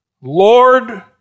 Lord